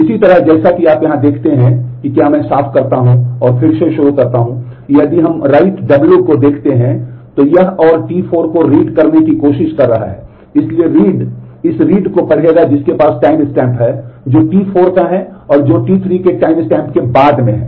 इसी तरह जैसा कि आप यहां देखते हैं कि क्या मैं साफ करता हूं और फिर से शुरू करता हूं यदि हम write W को देखते हैं तो यह और T4 को रीड करने की कोशिश कर रहा है इसलिए read इस रीड को पढ़ेगा जिसके पास टाइमस्टैम्प है जो T4 का है जो टी 3 के टाइमस्टैम्प के बाद में है